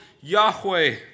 Yahweh